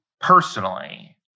personally